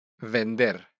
Vender